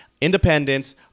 independence